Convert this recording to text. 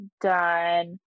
done